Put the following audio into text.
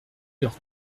leurs